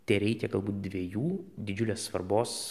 tereikia galbūt dviejų didžiulės svarbos